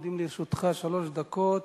עומדות לרשותך שלוש דקות.